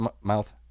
mouth